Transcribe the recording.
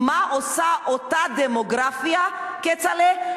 מה עושה אותה דמוגרפיה, כצל'ה?